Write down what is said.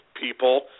people